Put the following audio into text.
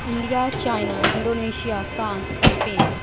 India China Indonesia France Spain